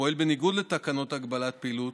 הפועל בניגוד לתקנות הגבלת פעילות,